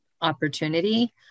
opportunity